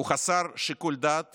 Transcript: הוא חסר שיקול דעת